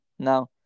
Now